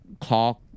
talk